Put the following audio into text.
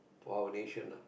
for our nation